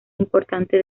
importante